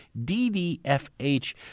ddfh